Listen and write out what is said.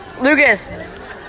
lucas